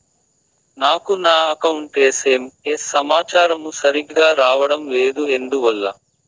నాకు నా account SMS సమాచారము సరిగ్గా రావడం లేదు ఎందువల్ల?